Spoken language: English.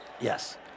Yes